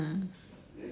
ah